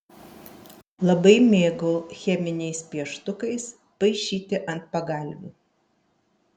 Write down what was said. labai mėgau cheminiais pieštukais paišyti ant pagalvių